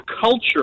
culture